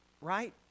right